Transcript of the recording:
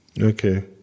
Okay